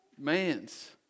Man's